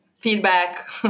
feedback